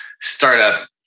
startup